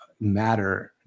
matter